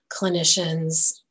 clinicians